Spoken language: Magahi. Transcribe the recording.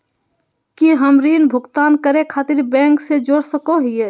की हम ऋण भुगतान करे खातिर बैंक से जोड़ सको हियै?